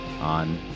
on